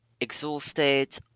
exhausted